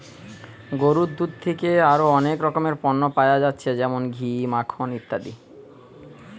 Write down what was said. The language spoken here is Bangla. গরুর দুধ থিকে আরো অনেক রকমের পণ্য পায়া যাচ্ছে যেমন ঘি, মাখন ইত্যাদি